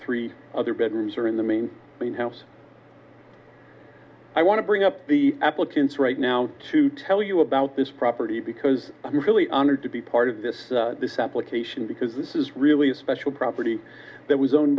three other bedrooms are in the main house i want to bring up the applicants right now to tell you about this property because i'm really honored to be part of this this application because this is really a special property that was owned